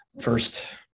first